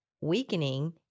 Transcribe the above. weakening